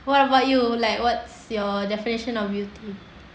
what about you like what's your definition of beauty